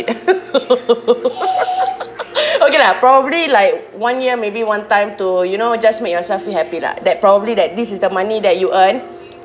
okay lah probably like one year maybe one time to you know just make yourself be happy lah that probably that this is the money that you earn